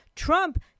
Trump